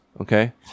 okay